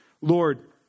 Lord